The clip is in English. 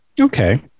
Okay